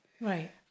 Right